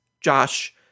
Josh